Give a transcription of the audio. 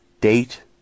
date